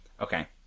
Okay